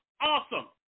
awesome